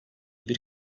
bir